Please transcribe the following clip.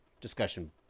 discussion